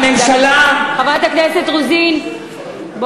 חברת הכנסת רוזין,